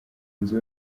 nzu